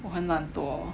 我很懒惰